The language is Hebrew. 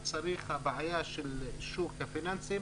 הבעיה של השוק הפיננסי,